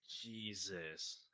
Jesus